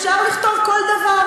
אפשר לכתוב כל דבר,